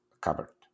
covered